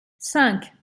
cinq